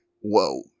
whoa